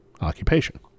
occupation